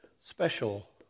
special